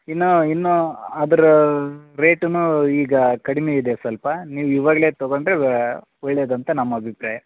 ಇನ್ನು ಇನ್ನು ಅದರ ರೇಟ್ನು ಈಗ ಕಡಿಮೆ ಇದೆ ಸ್ವಲ್ಪ ನೀವು ಇವಾಗಲೆ ತಗೊಂಡರೆ ಒಳ್ಳೆದು ಅಂತ ನಮ್ಮ ಅಭಿಪ್ರಾಯ